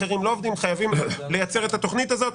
ואנחנו חייבים לייצר את התוכנית הזאת.